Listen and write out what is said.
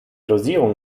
dosierung